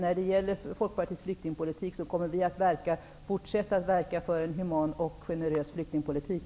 När det gäller Folkpartiets flyktingpolitik kommer vi att fortsätta att verka för en human och generös flyktingpolitik.